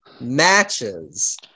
matches